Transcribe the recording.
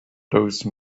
those